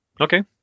Okay